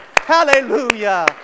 Hallelujah